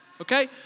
okay